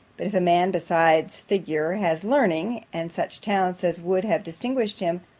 but if a man, besides figure, has learning, and such talents as would have distinguished him,